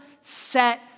set